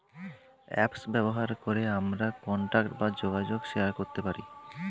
apps ব্যবহার করে আমরা কন্টাক্ট বা যোগাযোগ শেয়ার করতে পারি